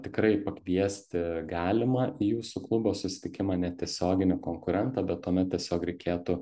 tikrai pakviesti galima į jūsų klubo susitikimą net tiesioginį konkurentą bet tuomet tiesiog reikėtų